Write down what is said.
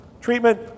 Treatment